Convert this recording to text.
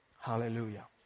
Hallelujah